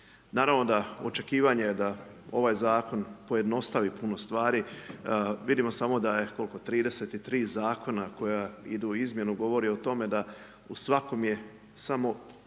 Naravno da očekivanje je da ovaj Zakon pojednostavi puno stvari. Vidimo samo da je, koliko, 33 Zakona koja idu u izmjenu govori o tome da u svakom je samo